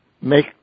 make